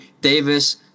Davis